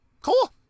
cool